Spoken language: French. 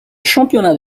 championnat